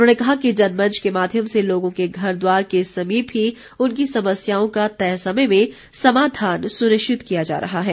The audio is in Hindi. उन्होंने कहा कि जनमंच के माध्यम से लोगों के घरद्वार के समीप ही उनकी समस्याओं का तय समय में समाधान सुनिश्चित किया जा रहा है